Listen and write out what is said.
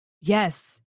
yes